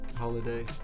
holiday